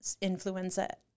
influenza